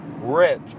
rich